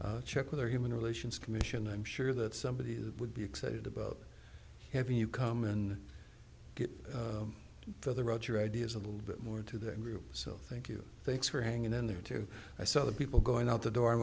you check with our human relations commission i'm sure that somebody would be excited about having you come and get for the road your ideas a little bit more to that group so thank you thanks for hanging in there too i saw the people going out the door